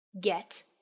Get